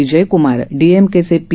विजयकुमार डीएमकेचे पी